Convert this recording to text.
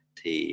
thì